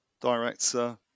director